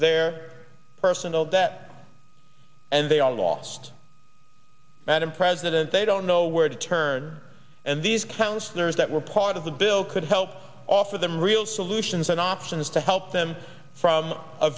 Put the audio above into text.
their personal debt and they all lost madam president they don't know where to turn and these counsellors that were part of the bill could help offer them real solutions and options to help them from a